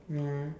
mm